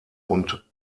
und